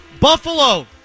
Buffalo